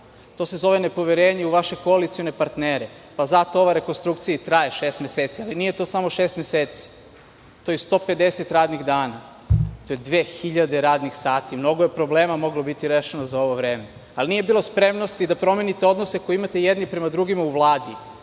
To se zove nepoverenje u vaše koalicione partnere, pa zato ova rekonstrukcija i traje šest meseci. Nije to samo šest meseci, to je i 150 radnih dana, to je 2000 radnih sati. Mnogo je problema moglo biti rešeno za ovo vreme. Nije bilo spremnosti da promenite odnose koje imate jedni prema drugima u Vladi,